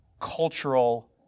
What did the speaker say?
cultural